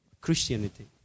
Christianity